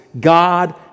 God